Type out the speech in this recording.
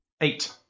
Eight